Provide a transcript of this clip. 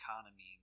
economy